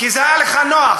כי זה היה לך נוח,